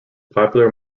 popular